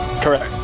Correct